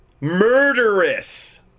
murderous